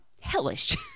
hellish